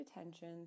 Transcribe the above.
attention